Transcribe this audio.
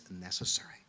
necessary